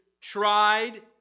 tried